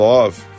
Love